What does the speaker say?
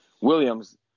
Williams